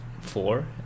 four